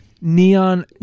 Neon